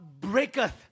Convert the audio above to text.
breaketh